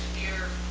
here,